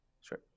Sure